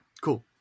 Cool